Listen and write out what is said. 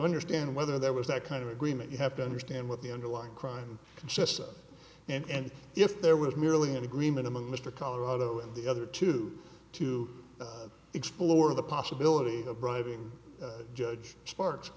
understand whether there was that kind of agreement you have to understand what the underlying crime consists of and if there was merely an agreement among mr colorado and the other two to explore the possibility of bribing judge sparks